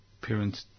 parents